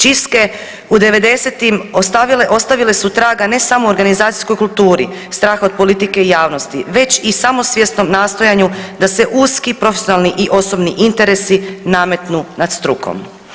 Čistke u devedesetim ostavile su traga ne samo organizacijskoj kulturi strah od politike i javnosti već i samosvjesnom nastojanju da se uski profesionalni i osobni interesi nametnu nad strukom.